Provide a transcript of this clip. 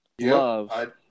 love